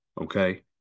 Okay